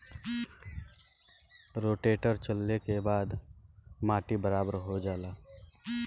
rotator चलले के बाद माटी बराबर हो जाला